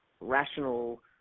rational